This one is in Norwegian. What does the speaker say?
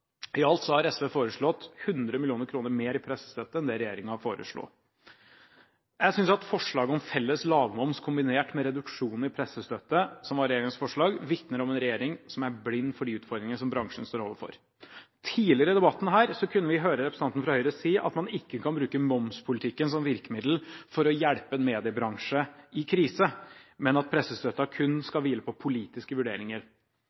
I alt har SV foreslått 100 mill. kr mer i pressestøtte enn det regjeringen foreslo. Jeg synes at forslaget om felles lavmoms kombinert med reduksjon i pressestøtte, som var regjeringens forslag, vitner om en regjering som er blind for de utfordringer som bransjen står overfor. Tidligere i debatten her kunne vi høre en representant fra Høyre si at man ikke kan bruke momspolitikken som virkemiddel for å hjelpe en mediebransje i krise, men at pressestøtten kun skal hvile på politiske vurderinger.